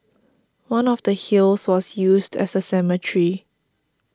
one of the hills was used as a cemetery